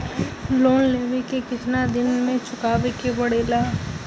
Loan लेवे के कितना दिन मे चुकावे के पड़ेला?